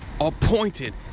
appointed